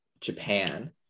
Japan